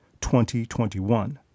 2021